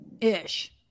Ish